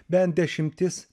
bent dešimtis